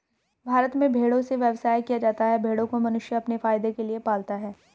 भारत में भेड़ों से व्यवसाय किया जाता है भेड़ों को मनुष्य अपने फायदे के लिए पालता है